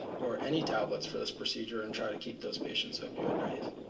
or any tablets for this procedure and try to keep those patients opioid naive.